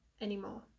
anymore